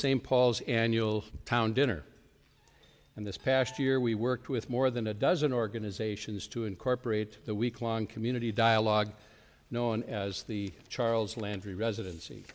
same paul's annual town dinner and this past year we worked with more than a dozen organizations to incorporate the weeklong community dialogue known as the charles landry residency